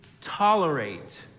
tolerate